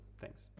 Thanks